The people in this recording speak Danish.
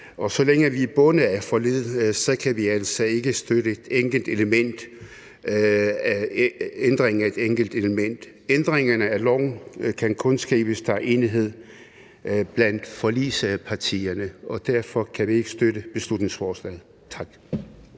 Så længe vi er bundet af forliget, kan vi altså ikke støtte ændringen af et enkelt element. Ændringer af loven kan kun ske, hvis der er enighed blandt forligspartierne. Derfor kan vi ikke støtte beslutningsforslaget. Tak.